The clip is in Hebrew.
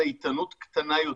הצייתנות קטנה יותר.